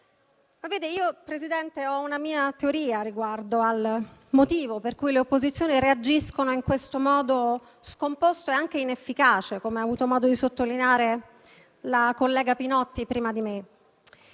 io ho una mia teoria riguardo al motivo per cui le opposizioni reagiscono in questo modo scomposto e anche inefficace, come ha avuto modo di sottolineare la collega Pinotti prima di me.